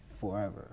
forever